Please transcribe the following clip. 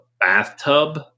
bathtub